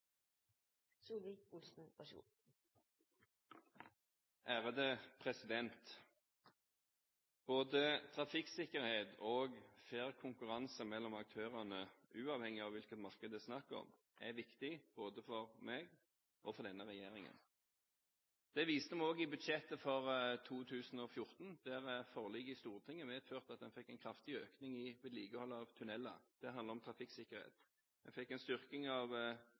om – er viktig både for meg og for denne regjeringen. Det viste vi også i budsjettet for 2014, der forliket i Stortinget medførte at en fikk en kraftig økning i vedlikeholdet av tunneler. Det handler om trafikksikkerhet. Vi fikk en styrking av